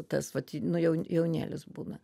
tas vat nu jau jaunėlis būna